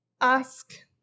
Ask